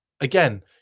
again